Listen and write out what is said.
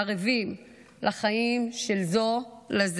ערבים לחיים זה של זה.